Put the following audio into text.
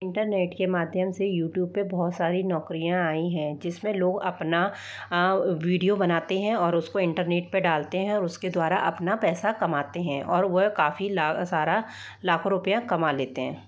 internet के माध्यम से यूट्यूब पर बहुत सारी नौकरियाँ आई हैं जिसमें लोग अपना विडियो बनाते हैं और उसको इंटरनेट पर डालते हैं और उसके द्वारा अपना पैसा कमाते हैं और वह काफी लाव सारा लाखों रुपया कमा लेते हैं